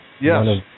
Yes